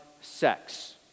sex